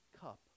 cup